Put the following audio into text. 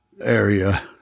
area